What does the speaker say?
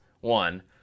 one